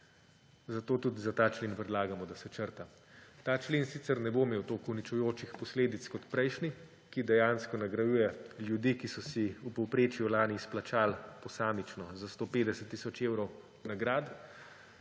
zato tudi za ta člen predlagamo, da se črta. Ta člen sicer ne bo imel toliko uničujočih posledic kot prejšnji, ki dejansko nagrajuje ljudi, ki so si v povprečju lani izplačali posamično za 150 tisoč evrov nagrad,